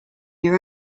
your